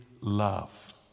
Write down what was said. love